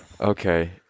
Okay